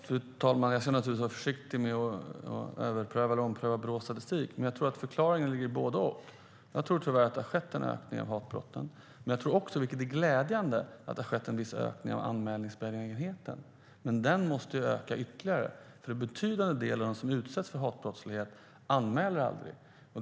Fru talman! Jag ska naturligtvis vara försiktig med att överpröva eller ompröva Brås statistik. Men jag tror att förklaringen ligger i både och. Jag tror tyvärr att det har skett en ökning av hatbrotten, men jag tror också, vilket är glädjande, att det har skett en viss ökning av anmälningsbenägenheten. Men den måste öka ytterligare, för en betydande del av dem som utsätts för hatbrottslighet anmäler det aldrig.